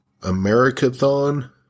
Americathon